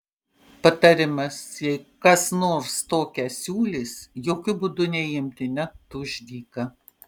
patarimas jei kas nors tokią siūlys jokiu būdu neimti net už dyką